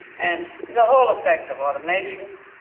and the whole effect of automation,